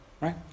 right